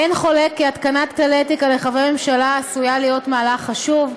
אין חולק כי התקנת כללי אתיקה לחברי ממשלה עשויה להיות מהלך חשוב,